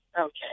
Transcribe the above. Okay